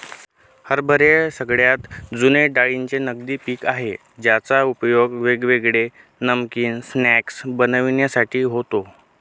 हरभरे सगळ्यात जुने डाळींचे नगदी पिक आहे ज्याचा उपयोग वेगवेगळे नमकीन स्नाय्क्स बनविण्यासाठी होतो